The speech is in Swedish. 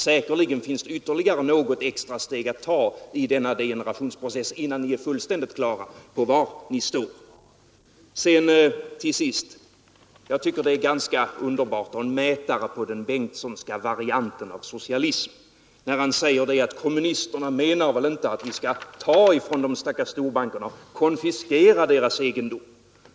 Säkerligen finns det ytterligare något extra steg att ta i denna degenerationsprocess innan ni blir fullständigt klara över var ni står. Till sist vill jag säga att jag tycker att det är ganska underbart och en mätare på den Bengtssonska varianten av socialism när han säger att kommunisterna väl inte menar att vi skall ta från de stackars storbankerna och konfiskera deras egendom.